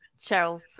Cheryl